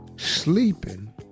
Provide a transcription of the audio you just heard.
Sleeping